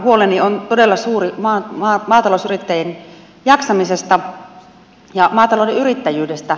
huoleni on todella suuri maatalousyrittäjien jaksamisesta ja maatalouden yrittäjyydestä